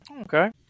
Okay